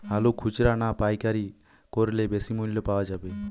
আলু খুচরা না পাইকারি করলে বেশি মূল্য পাওয়া যাবে?